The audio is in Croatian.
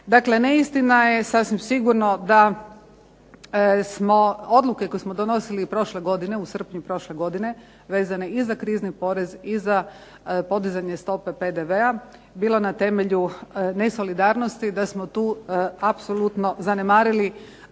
Dakle, neistina je sasvim sigurno da smo odluke koje smo donosili u srpnju prošle godine vezane i za krizni porez i za podizanje stope PDV-a bilo na temelju nesolidarnosti da smo tu apsolutno zanemarili